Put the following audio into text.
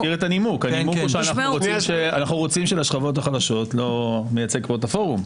הנימוק שאנחנו רוצים שלשכבות החלשות אני לא מייצג פה את הפורום,